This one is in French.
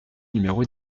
numéro